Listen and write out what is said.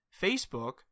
facebook